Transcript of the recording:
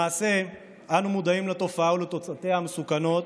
למעשה אנו מודעים לתופעה ולתוצאותיה המסוכנות,